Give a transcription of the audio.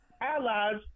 allies